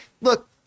Look